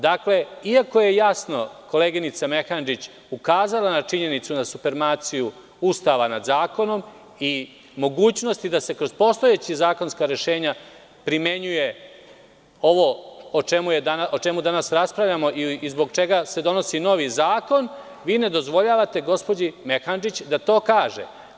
Dakle, iako je jasno koleginica Mehandžić ukazala na činjenicu na supermaciju Ustava nad zakonom i mogućnosti da se kroz postojeća zakonska rešenja primenjuje ovo o čemu danas raspravljamo i zbog čega se donosi novi zakon, vi ne dozvoljavate gospođi Mehandžić da to kaže.